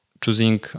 choosing